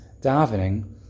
davening